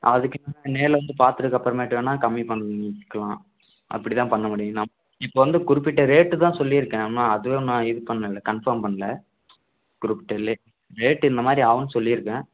அதுக்கு நீங்கள் நேரில் வந்து பார்த்ததுக்கப்பறமேட்டு வேணால் கம்மி பண்ணிக்கலாம் அப்படிதான் பண்ண முடியும் இப்போ வந்து குறிப்பிட்ட ரேட்டு தான் சொல்லிருக்கேன் இன்னும் அதுவும் நான் இது பண்ணல கன்ஃபார்ம் பண்ணல குறிப்பிட்ட லே ரேட்டு இந்த மாதிரி ஆகுன்னு சொல்லிருக்கேன்